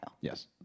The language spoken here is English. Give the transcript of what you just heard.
Yes